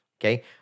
okay